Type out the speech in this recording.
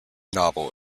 novel